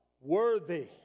worthy